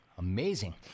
Amazing